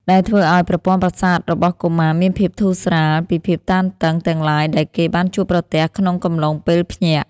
ដែលធ្វើឱ្យប្រព័ន្ធប្រសាទរបស់កុមារមានភាពធូរស្រាលពីភាពតានតឹងទាំងឡាយដែលគេបានជួបប្រទះក្នុងកំឡុងពេលភ្ញាក់។